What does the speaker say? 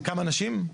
כמה נשים?